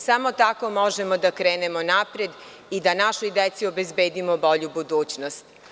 Samo tako možemo da krenemo napred i da našoj deci obezbedimo bolju budućnost.